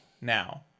now